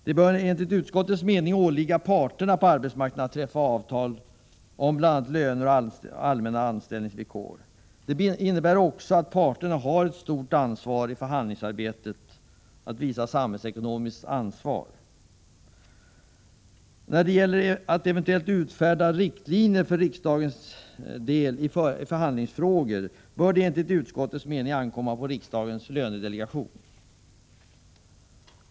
Det bör enligt utskottets mening åligga parterna på arbetsmarknaden att träffa avtal om bl.a. löner och allmänna anställningsvillkor. Det innebär också att parterna har ett stort samhällsekonomiskt ansvar i förhandlingsarbetet. Att eventuellt utfärda riktlinjer för riksdagen i förhandlingsfrågor bör enligt utskottet ankomma på riksdagens lönedelegation.